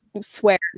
swears